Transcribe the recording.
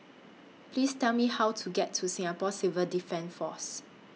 Please Tell Me How to get to Singapore Civil Defence Force